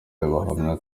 abahamya